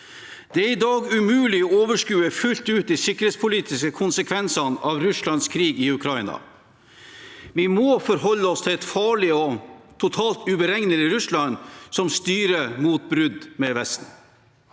Det er i dag umulig å overskue fullt ut de sikkerhetspolitiske konsekvensene av Russlands krig i Ukraina. Vi må forholde oss til et farlig og totalt uberegnelig Russland som styrer mot brudd med Vesten.